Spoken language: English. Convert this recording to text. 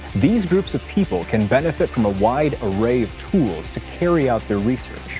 these groups of people can benefit from a wide array of tools to carry out their research.